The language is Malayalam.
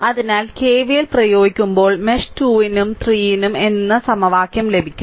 അതിനാൽ കെവിഎൽ പ്രയോഗിക്കുമ്പോൾ മെഷ് 2 ന് 3 എന്ന സമവാക്യം ലഭിക്കും